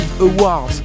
Awards